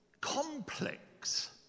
Complex